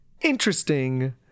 interesting